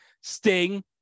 Sting